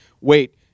wait